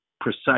precise